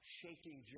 shaking